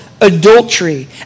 adultery